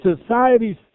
society's